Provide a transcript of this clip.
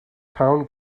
town